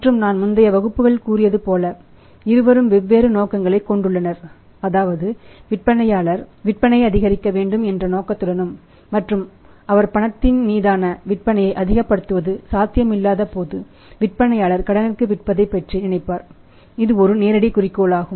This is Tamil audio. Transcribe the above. மற்றும் நான் முந்தைய வகுப்புகளில் கூறியதுபோல இருவரும் வெவ்வேறு நோக்கங்களை கொண்டுள்ளனர் அதாவது விற்பனையாளர் விற்பனையை அதிகரிக்க வேண்டும் என்ற நோக்கத்துடனும் மற்றும் அவர்பணத்தின மீதான விற்பனையை அதிகப்படுத்துவது சாத்தியமில்லாத போது விற்பனையாளர் கடனுக்கு விற்பதை பற்றி நினைப்பார் இது ஒரு நேரடி குறிக்கோளாகும்